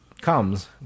comes